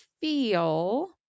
feel